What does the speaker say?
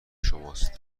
شماست